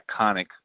iconic